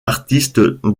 artiste